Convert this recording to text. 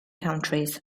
countries